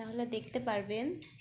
তাহলে দেখতে পারবেন